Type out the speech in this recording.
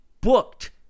booked